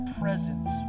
presence